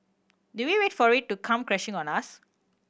do we wait for it to come crashing on us